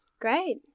Great